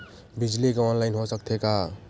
बिजली के ऑनलाइन हो सकथे का?